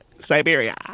Siberia